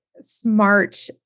smart